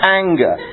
anger